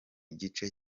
gice